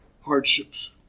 hardships